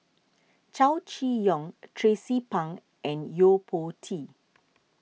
Chow Chee Yong Tracie Pang and Yo Po Tee